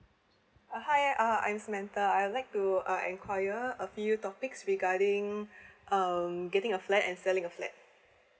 uh hi uh I'm samantha I like to uh inquire a few topics regarding um getting a flat and selling a flat